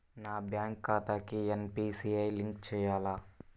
నా బ్యాంక్ ఖాతాకి NPCI link చేయాలా?